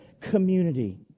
community